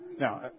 Now